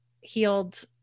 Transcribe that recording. healed